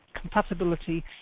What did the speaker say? compatibility